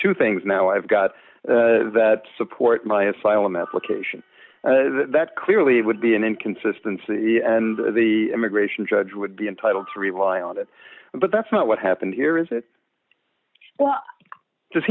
two things now i've got to support my asylum application that clearly would be an inconsistency and the immigration judge would be entitled to rely on it but that's not what happened here is it